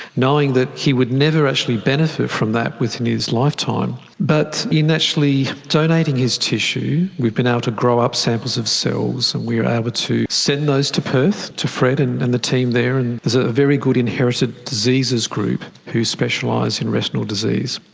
knowing that he would never actually benefit from that within his lifetime. but in actually donating his tissue, we've been able to grow up samples of cells and we are able to send those to perth, to fred and and the team there. and there's a very good inherited diseases group who specialise in retinal disease.